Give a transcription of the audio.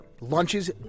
Lunches